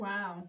Wow